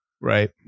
Right